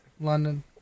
London